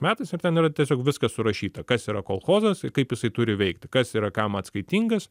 metais ir ten yra tiesiog viskas surašyta kas yra kolchozas kaip jisai turi veikti kas yra kam atskaitingas